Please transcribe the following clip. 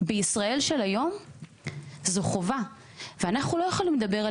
בישראל של היום זו חובה ואנחנו לא יכולים לדבר על